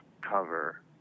cover